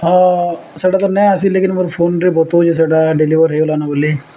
ହଁ ସେଟା ତ ନେଇଁ ଆସିଲି ଲେକିନ୍ ମୋର ଫୋନ୍ରେ ବତଉଛି ସେଇଟା ଡେଲିଭର ହେଇଗଲାନ ବୋଲି